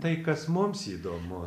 tai kas mums įdomu